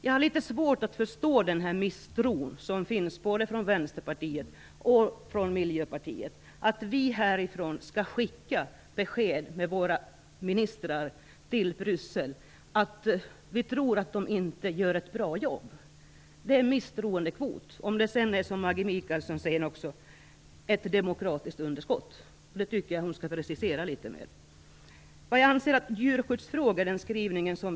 Jag har litet svårt att förstå den misstro som finns inom både Vänsterpartiet och Miljöpartiet, att man inom dessa partier anser att vi härifrån med våra ministrar skall skicka besked till Bryssel om att man där inte gör ett bra jobb. Det är en misstroendeförklaring. Maggi Mikaelsson säger också att det här är fråga om ett demokratiskt underskott. Jag tycker att hon skall precisera det uttrycket litet mer.